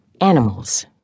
Animals